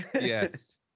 Yes